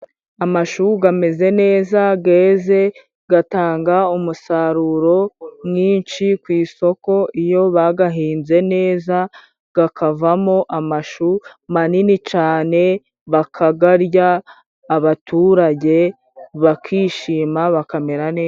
Amashu ameze neza, yeze, atanga umusaruro mwinshi ku isoko, iyo bayahinze neza avamo amashu manini cyane, bakayarya abaturage bakishima bakamera neza.